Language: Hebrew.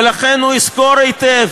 ולכן הוא יזכור היטב